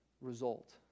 result